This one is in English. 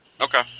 Okay